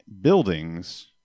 buildings